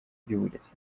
ry’uburezi